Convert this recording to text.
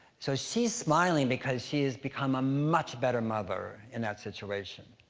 so she's smiling because she has become a much better mother in that situation,